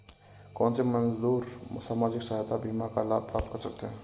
कौनसे मजदूर सामाजिक सहायता बीमा का लाभ प्राप्त कर सकते हैं?